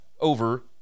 over